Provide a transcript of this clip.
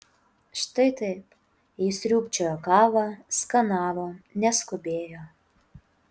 štai taip ji sriūbčiojo kavą skanavo neskubėjo